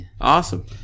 awesome